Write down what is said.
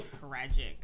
tragic